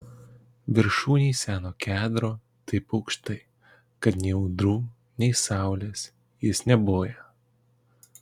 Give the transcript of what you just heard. viršūnėj seno kedro taip aukštai kad nei audrų nei saulės jis neboja